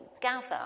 gather